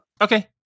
Okay